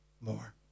more